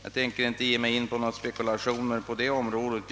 Jag tänker inte ge mig in på några spekulationer om den saken.